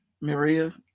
Maria